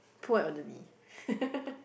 poor elderly